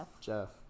Jeff